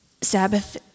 sabbath